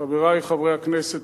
חברי חברי הכנסת,